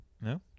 No